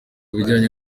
bijyanye